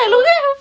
so